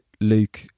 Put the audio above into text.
Luke